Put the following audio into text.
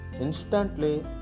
Instantly